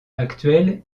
actuelle